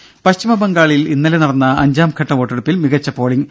ദേദ പശ്ചിമ ബംഗാളിൽ ഇന്നലെ നടന്ന അഞ്ചാംഘട്ട വോട്ടെടുപ്പിൽ മികച്ച പോളിംഗ്